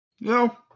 No